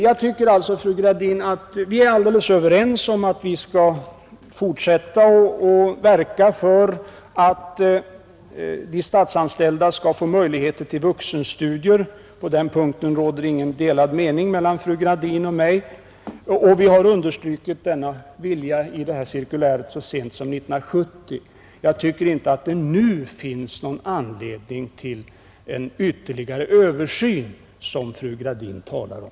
Jag tycker alltså, fru Gradin, att vi är alldeles överens om att fortsätta att verka för att de statsanställda skall få möjligheter till studier — på den punkten råder inga delade meningar mellan fru Gradin och mig — och denna vilja har understrukits så sent som 1970 i det nämnda cirkuläret. Jag tycker inte att det nu finns anledning till den ytterligare översyn som fru Gradin talar om.